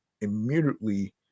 immediately